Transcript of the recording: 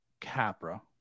Capra